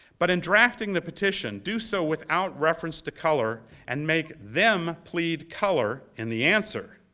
but in drafting the petition, do so without reference to color and make them plead color in the answer.